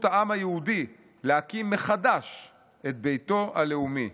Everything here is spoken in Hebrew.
העם היהודי להקים מחדש את ביתו הלאומי.